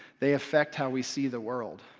they affect how we see the world.